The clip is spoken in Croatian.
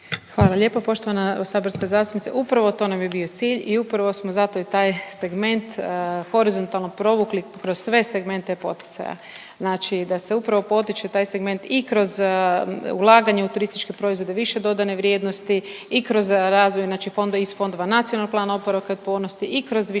Hvala lijepo poštovana saborska zastupnice. Upravo to nam je bio cilj i upravo smo zato i taj segment horizontalno provukli kroz sve segmente poticaja. Znači da se upravo potiče taj segment i kroz ulaganje u turističke proizvode više dodane vrijednosti i kroz razvoj znači fonda iz fondova nacionalnog plana oporavka i otpornosti i kroz